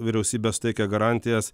vyriausybė suteikia garantijas